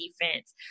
defense